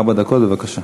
ארבע דקות, בבקשה.